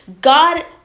God